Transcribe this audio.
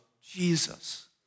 Jesus